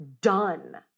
done